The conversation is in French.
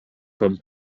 comme